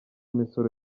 misoro